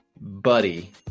Buddy